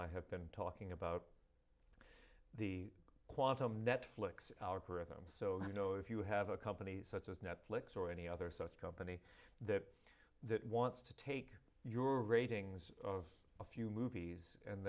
i have been talking about the quantum netflix our prism so you know if you have a company such as netflix or any other such company that that wants to take your ratings of a few movies and